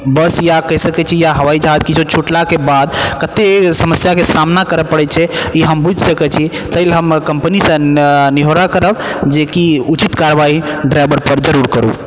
बस या कहि सकी छी हवाईजहाज किछो छुटलाके बाद कते समस्याके सामना करै पड़ै छै ई हम बुझि सकै छी ताहि लए हम कम्पनीसँ निहोरा करब जेकि उचित कारवाइ ड्राइवरपर जरूर करु